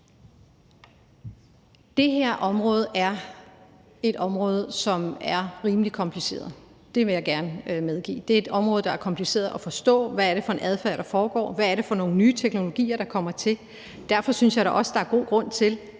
Det her er et område, som er rimelig kompliceret. Det vil jeg gerne medgive. Det er et område, hvor det er kompliceret at forstå, hvad det er for en adfærd, der foregår. Hvad er det for nogle nye teknologier, der kommer til? Derfor synes jeg da også, der er god grund til,